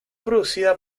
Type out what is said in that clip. producida